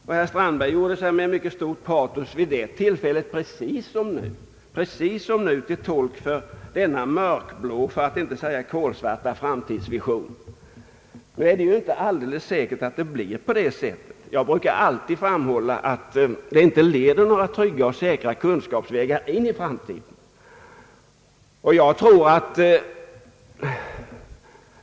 Herr Strandberg gav med mycket stort patos, vid det tillfället precis som nu, denna mörkblå — för att inte säga kolsvarta — framtidsvision. Det är inte alldeles säkert att det blir på så sätt. Jag brukar alltid framhålla att inga säkra och trygga kunskapsvägar leder in i framtiden.